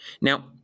Now